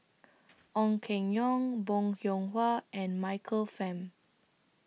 Ong Keng Yong Bong Hiong Hwa and Michael Fam